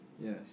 Yes